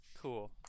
Cool